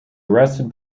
arrested